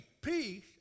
peace